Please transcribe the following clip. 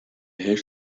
heeft